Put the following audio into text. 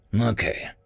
Okay